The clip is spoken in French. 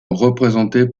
représentée